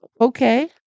Okay